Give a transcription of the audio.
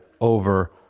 over